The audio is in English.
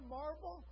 marvel